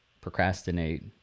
procrastinate